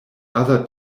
other